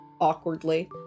awkwardly